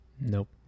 Nope